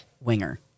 Winger